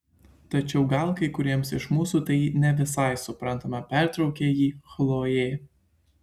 tačiau gal kai kuriems iš mūsų tai ne visai suprantama pertraukė jį chlojė